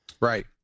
Right